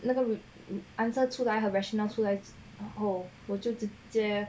那个 re answer 出来 her rational 迟来然后我就直接